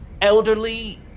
elderly